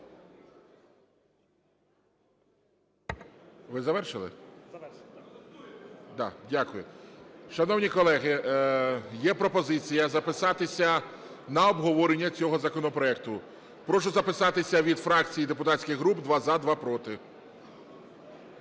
Ви завершили? Дякую. Шановні колеги, є пропозиція записатися на обговорення цього законопроекту. Прошу записатися від фракцій і депутатських груп: два – за, два – проти.